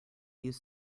use